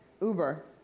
Uber